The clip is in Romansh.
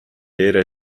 era